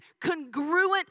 congruent